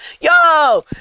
yo